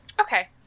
okay